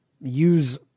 use